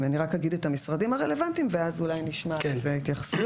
אני רק אגיד את המשרדים הרלוונטיים ואז אולי נשמע על זה התייחסויות.